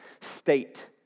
state